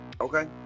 Okay